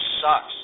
sucks